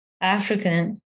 African